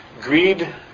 Greed